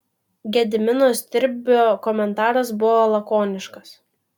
gedimino stirbio komentaras buvo lakoniškas